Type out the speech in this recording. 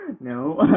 No